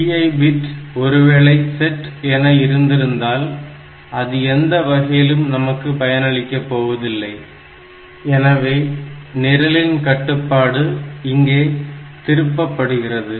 TI bit ஒருவேளை set என இருந்திருந்தால் அது எந்த வகையிலும் நமக்கு பயனளிக்க போவதில்லை எனவே நிரலின் கட்டுப்பாடு இங்கே திருப்பப்படுகிறது